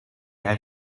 and